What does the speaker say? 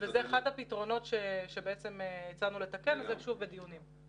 זה אחד הפתרונות שהצענו לתקן, ושוב, זה בדיונים.